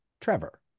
Trevor